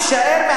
מה יישאר,